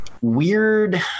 weird